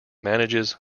manages